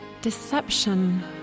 deception